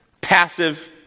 passive